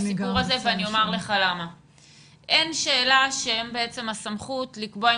בכל התהליך הזה עשינו כל מאמץ במסגרת